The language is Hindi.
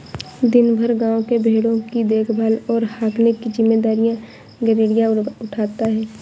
दिन भर गाँव के भेंड़ों की देखभाल और हाँकने की जिम्मेदारी गरेड़िया उठाता है